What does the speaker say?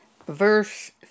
Verse